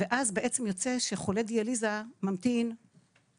ואז בעצם יוצא שחולה דיאליזה יכול להמתין